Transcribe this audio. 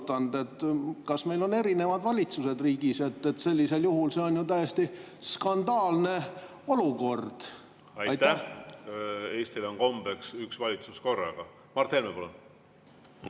Kas meil on erinevad valitsused riigis? Sellisel juhul on see ju täiesti skandaalne olukord. Aitäh! Eestile on kombeks üks valitsus korraga. Mart Helme, palun!